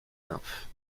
nymphes